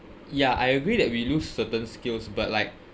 ya I agree that we lose certain skills but like